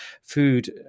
food